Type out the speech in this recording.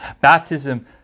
Baptism